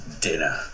dinner